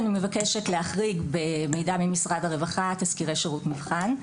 אני מבקשת להחריג במידע ממשרד הרווחה תסקירי שירות מבחן.